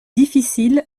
difficile